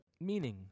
Meaning